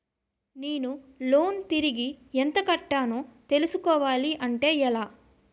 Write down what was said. నేను లోన్ తిరిగి ఎంత కట్టానో తెలుసుకోవాలి అంటే ఎలా?